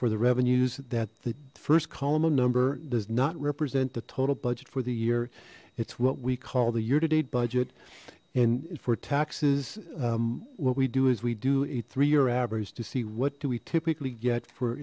for the revenues that the first column of number does not represent the total budget for the year it's what we call the year to date budget and for taxes what we do is we do a three year average to see what do we typically get for